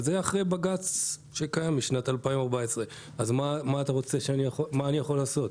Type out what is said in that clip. וזה אחרי בג"ץ שקיים משנת 2014. אז מה אני יכול לעשות?